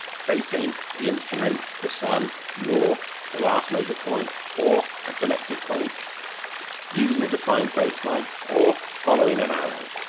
facing the instrument, the sun, north, the last measured point, or ah selected point using a defined baseline or following an arrow.